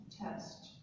test